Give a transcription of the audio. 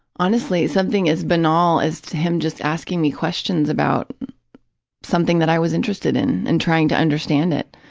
honestly, something as banal as him just asking me questions about something that i was interested in and trying to understand it,